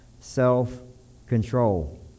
self-control